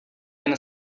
jen